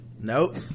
nope